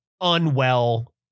unwell